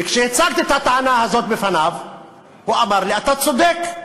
וכשהצגתי את הטענה הזאת בפניו הוא אמר לי: אתה צודק.